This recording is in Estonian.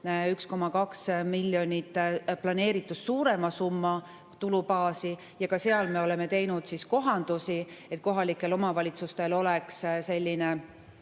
1,2 miljonit planeeritust suurema summa tulubaasi. Ka seal me oleme teinud kohandusi, et kohalikel omavalitsustel oleks võrdsemad